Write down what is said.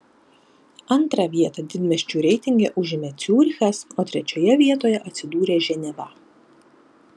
antrą vietą didmiesčių reitinge užėmė ciurichas o trečioje vietoje atsidūrė ženeva